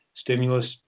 stimulus